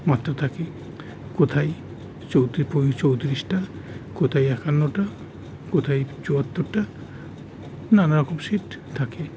মাত্রা থাকে কোথায় চৌ চৌতিরিশটা কোথায় একান্ন টা কোথায় চুয়াত্তরটা নানা রকম সিট থাকে